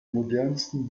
modernsten